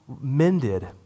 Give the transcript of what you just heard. mended